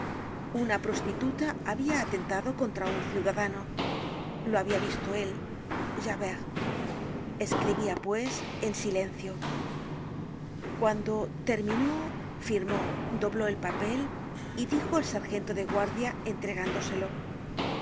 una prostituta habia atentado contra un ciudadano lo habia él visto él javert escribia pues en silencio cuando terminó firmó dobló el papel y dijo al sargento de guardia entregándoselo